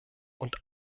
und